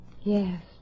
Yes